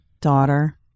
daughter